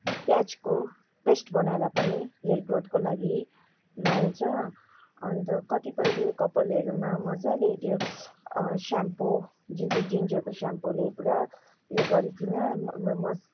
प्याजको पेस्ट बनाएर पनि हेयर ग्रोथको लागि लाउँछ अन्त कतिपयले कपालहरूमा मज्जाले त्यो स्याम्पु जुन चाहिँ जिन्जरको स्याम्पुले पुरा उयो गरिकन म म मस